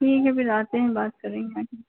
ठीक है फिर आते हैं बात करेंगे आके